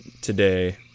today